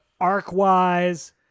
arc-wise